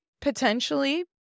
potentially